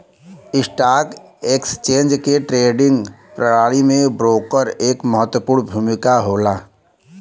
stock exchange के trading प्रणाली में ब्रोकर क महत्वपूर्ण भूमिका होला